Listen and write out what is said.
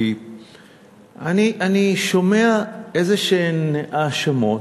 כי אני שומע אילו האשמות,